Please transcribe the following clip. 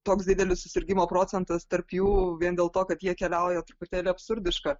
toks didelis susirgimo procentas tarp jų vien dėl to kad jie keliauja truputėlį absurdiška